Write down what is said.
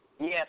Yes